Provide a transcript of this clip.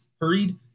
hurried